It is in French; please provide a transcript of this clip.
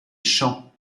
chants